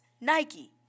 Nike